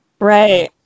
Right